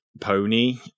Pony